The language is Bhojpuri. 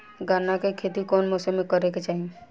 गन्ना के खेती कौना मौसम में करेके चाही?